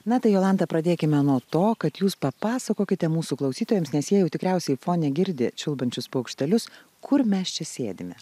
na tai jolanta pradėkime nuo to kad jūs papasakokite mūsų klausytojams nes jie jau tikriausiai fone girdi čiulbančius paukštelius kur mes čia sėdime